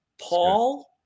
paul